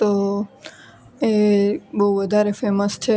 તો એ બહુ વધારે ફેમસ છે